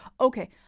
Okay